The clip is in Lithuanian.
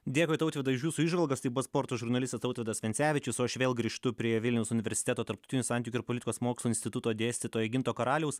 dėkui tautvydai už jūsų įžvalgas tai buvo sporto žurnalistas tautvydas vencevičius o aš vėl grįžtu prie vilniaus universiteto tarptautinių santykių ir politikos mokslų instituto dėstytojo ginto karaliaus